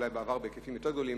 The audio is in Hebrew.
אולי בעבר היו היקפים יותר גדולים,